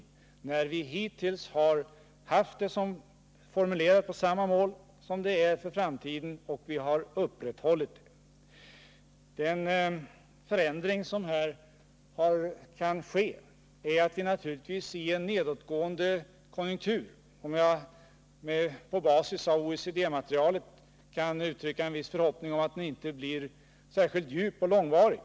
Vi har ju hittills haft detta mål och hållit fast vid det. Det kan naturligtvis i en nedåtgående konjunktur inträffa en förändring. Jag har på basis av OECD-materialet uttryckt en förhoppning om att lågkonjunkturen inte skall bli så djup och långvarig.